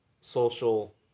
social